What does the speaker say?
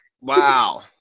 Wow